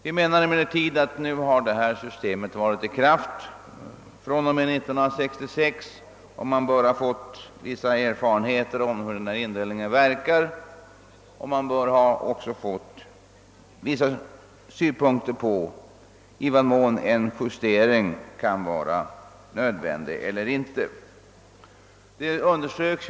Vi menar emellertid att det nuvarande systemet, som varit i kraft sedan 1966, bör ha gett vissa erfarenheter av hur denna indelning verkar. Man bör också ha erhållit vissa synpunkter på i vad mån en justering kan vara nödvändig eller inte.